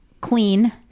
clean